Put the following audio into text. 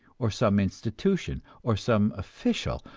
or some institution, or some official,